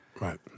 Right